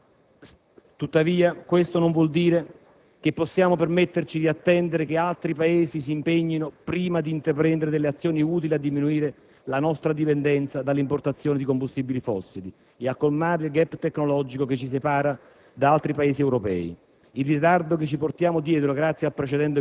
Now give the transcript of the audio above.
che è meglio affrontare a livello internazionale. Tuttavia, questo non vuol dire che possiamo permetterci di attendere che altri Paesi si impegnino prima di intraprendere delle azioni utili a diminuire la nostra dipendenza dall'importazione di combustibili fossili e a colmare il *gap* tecnologico che ci separa da altri Paesi europei.